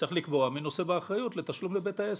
צריך לקבוע מי נושא באחריות לתשלום לבית העסק.